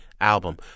album